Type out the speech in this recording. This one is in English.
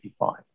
55